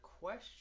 question